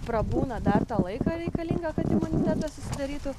prabūna dar tą laiką reikalinga kad imunitetas susidarytų